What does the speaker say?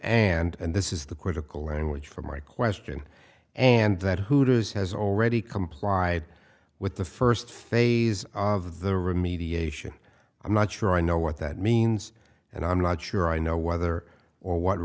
and this is the critical language for my question and that hooter's has already complied with the first phase of the remediation i'm not sure i know what that means and i'm not sure i know whether or what